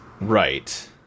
Right